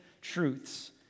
truths